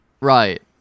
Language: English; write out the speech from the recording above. Right